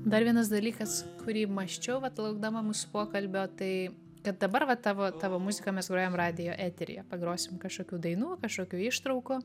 dar vienas dalykas kurį mąsčiau vat laukdama mūsų pokalbio tai kad dabar va tavo tavo muziką mes grojam radijo eteryje pagrosim kažkokių dainų kažkokių ištraukų